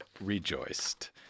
rejoiced